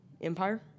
empire